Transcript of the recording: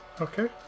Okay